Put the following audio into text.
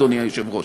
אדוני היושב-ראש: